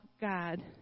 God